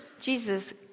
Jesus